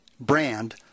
brand